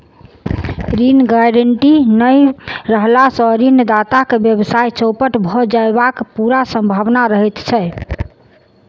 ऋण गारंटी नै रहला सॅ ऋणदाताक व्यवसाय चौपट भ जयबाक पूरा सम्भावना रहैत छै